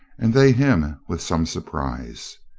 and they him with some surprise.